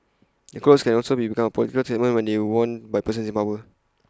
clothes can also become A political statement when worn by persons in power